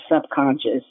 subconscious